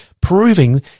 proving